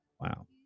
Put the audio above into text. Wow